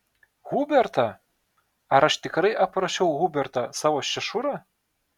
hubertą ar aš tikrai aprašiau hubertą savo šešurą